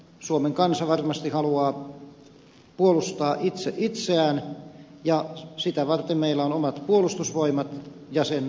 suomen kansa varmasti haluaa puolustaa itse itseään ja sitä varten meillä on omat puolustusvoimat ja sen